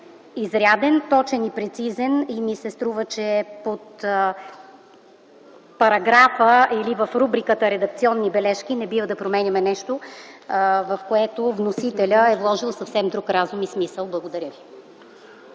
изряден, точен и прецизен. И ми се струва, че под параграфа или в рубриката „редакционни бележки” не бива да променяме нещо, в което вносителят е вложил съвсем друг разум и смисъл. Благодаря ви.